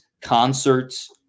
concerts